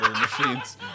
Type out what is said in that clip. machines